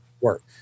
work